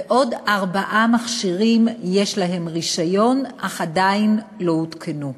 ועוד ארבעה מכשירים יש להם רישיון אך הם עדיין לא הותקנו.